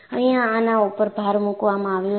અહીંયા આના ઉપર ભાર મૂકવામાં આવ્યો છે